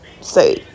say